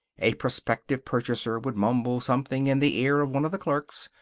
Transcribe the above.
a prospective purchaser would mumble something in the ear of one of the clerks.